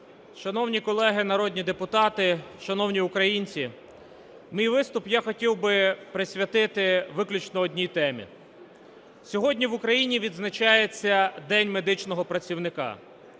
Шановні колеги народні депутати, шановні українці, мій виступ я хотів би присвятити виключно одній темі. Сьогодні в Україні відзначається День медичного працівника.